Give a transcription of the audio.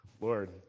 Lord